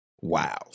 wow